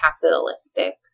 capitalistic